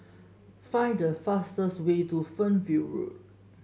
find the fastest way to Fernvale Road